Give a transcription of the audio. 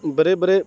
بڑے بڑے